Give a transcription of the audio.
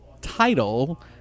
title-